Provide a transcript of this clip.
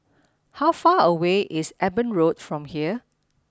how far away is Eben Road from here